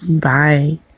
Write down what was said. Bye